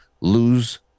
lose